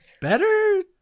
better